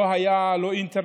לא היה אינטרנט,